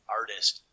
artist